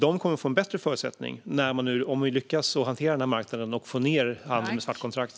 De kommer att få bättre förutsättningar om vi lyckas hantera den marknaden och få ned handeln med svartkontrakt.